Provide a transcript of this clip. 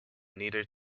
neither